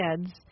kids